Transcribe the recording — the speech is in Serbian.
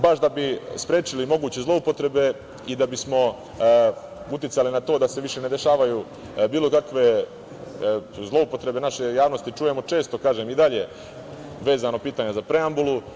Baš da bismo sprečili moguće zloupotrebe i da bismo uticali na to da se više ne dešavaju bilo kakve zloupotrebe naše javnosti čujemo često, kažem, i dalje vezano pitanje za preambulu.